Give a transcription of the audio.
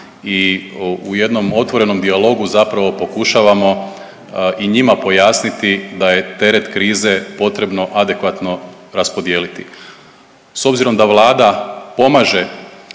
u jednom otvorenom dijalogu zapravo pokušavamo i njima pojasniti da je teret krize potrebno adekvatno raspodijeliti. S obzirom da vlada pomaže